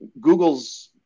Google's